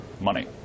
money